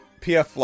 PF